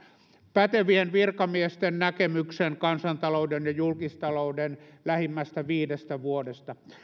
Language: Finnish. pätevien virkamiesten näkemyksen kansantalouden ja julkistalouden lähimmästä viidestä vuodesta